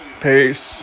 Peace